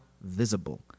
visible